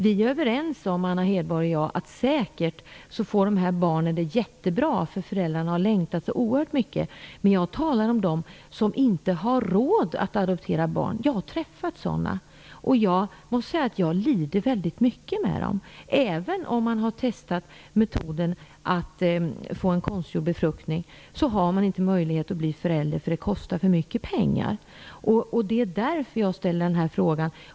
Vi är överens om att de här barnen säkert får det jättebra, därför att föräldrarna har längtat så oerhört mycket. Men jag talar om dem som inte har råd att adoptera barn. Jag har träffat sådana, och jag lider väldigt mycket med dem. De kanske har testat metoden med konstgjord befruktning, men de har sedan inte möjlighet att bli föräldrar därför att det kostar för mycket pengar. Det är därför som jag ställer den här frågan.